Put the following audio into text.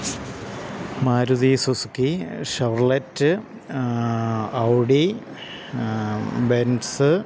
Maruti Suzuki Chevrolet Audi Benz